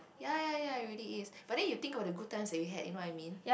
ya ya ya it really is but then you think about the good times that you had you know what I mean